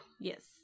Yes